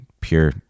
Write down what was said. pure